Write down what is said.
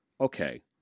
okay